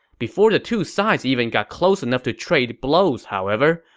before the two sides even got close enough to trade blows, however,